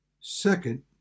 Second